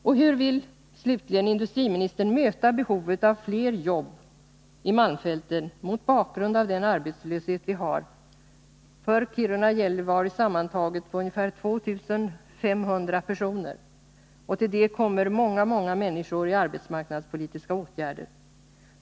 Och slutligen, hur vill industriministern möta behovet av fler jobb i malmfälten mot bakgrund av den arbetslöshet vi har — för Kiruna och Gällivare sammantaget på ungefär 2 500 personer, och till det kommer många, många människor som är föremål för arbetsmarknadspolitiska åtgärder.